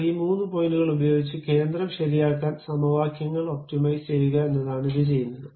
എന്നാൽ ഈ മൂന്ന് പോയിന്റുകൾ ഉപയോഗിച്ച് കേന്ദ്രം ശരിയാക്കാൻ സമവാക്യങ്ങൾ ഒപ്റ്റിമൈസ് ചെയ്യുക എന്നതാണ് ഇത് ചെയ്യുന്നത്